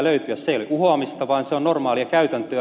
se ei ole uhoamista vaan se on normaalia käytäntöä